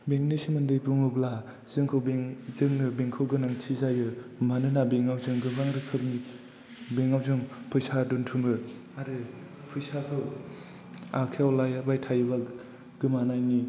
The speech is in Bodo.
बेंक नि सोमोन्दै बुङोब्ला जोंनो बेंक नि गोनांथि जायो मानोना बेंक आव जों गोबां रोखोमनि बेंक आव जों फैसा दोनथुमो आरो फैसाखौ आखाइयाव लाबाय थायोब्ला गोमानायनि